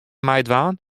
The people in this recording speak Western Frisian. meidwaan